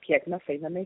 kiek mes einam į